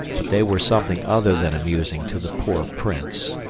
but they were something other than amusing to the poor prince.